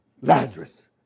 Lazarus